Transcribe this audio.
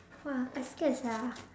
!wah! I scared sia